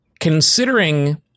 Considering